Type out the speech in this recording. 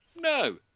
no